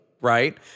right